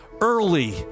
early